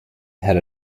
had